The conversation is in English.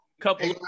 couple